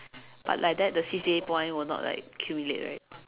but like that the C_C_A point will not like accumulate right